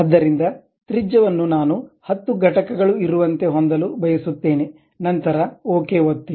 ಆದ್ದರಿಂದ ತ್ರಿಜ್ಯವನ್ನು ನಾನು 10 ಘಟಕಗಳು ಇರುವಂತೆ ಹೊಂದಲು ಬಯಸುತ್ತೇನೆ ನಂತರ ಓಕೆ ಒತ್ತಿ